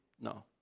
No